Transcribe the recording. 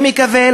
אני מקווה,